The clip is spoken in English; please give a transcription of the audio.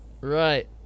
Right